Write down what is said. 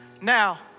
Now